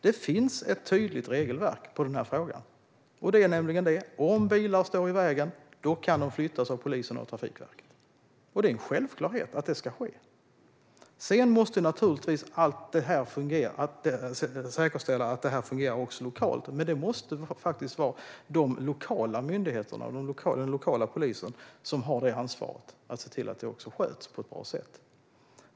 Det finns ett tydligt regelverk i den här frågan, och det är att bilar kan flyttas av polisen och Trafikverket om de står i vägen. Det är en självklarhet att det ska ske. Sedan måste det naturligtvis säkerställas att detta fungerar lokalt, men det måste faktiskt vara de lokala myndigheterna och den lokala polisen som har ansvaret för att se till att det sköts på ett bra sätt.